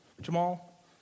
Jamal